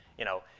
you know,